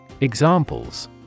Examples